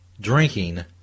drinking